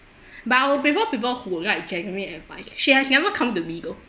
but I will prefer people who would like genuine advice she has never come to me though